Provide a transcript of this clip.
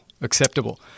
acceptable